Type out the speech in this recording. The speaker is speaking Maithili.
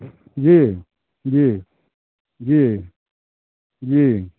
जी जी जी जी